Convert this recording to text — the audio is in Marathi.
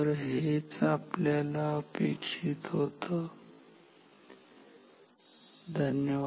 तर हेच आपल्याला अपेक्षित होतं